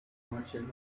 merchant